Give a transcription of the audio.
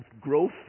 growth